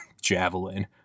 javelin